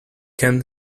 can